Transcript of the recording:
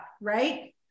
right